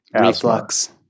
reflux